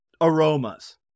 aromas